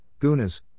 gunas